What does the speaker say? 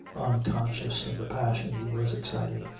unconscious of the passion he was exciting,